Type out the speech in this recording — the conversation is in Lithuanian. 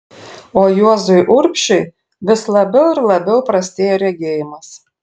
o juozui urbšiui vis labiau ir labiau prastėjo regėjimas